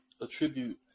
attribute